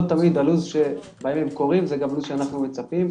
לא תמיד הלו"ז שדברים קורים זה גם לו"ז שגם אנחנו מצפים,